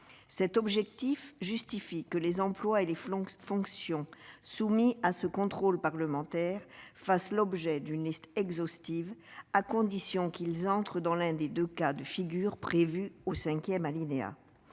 Cet objectif justifie que les emplois et les fonctions soumis à ce contrôle parlementaire fassent l'objet d'une liste exhaustive, à condition qu'ils entrent dans l'un des deux cas de figure prévus au cinquième alinéa